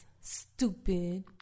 stupid